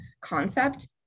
concept